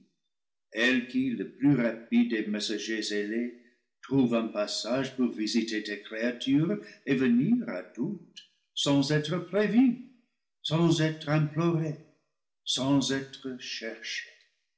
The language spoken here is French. elle qui le plus rapide des messagers ailés trouve un passage pour visiter tes créatures et venir à toutes sans être prévue sans être implorée sans être cherchée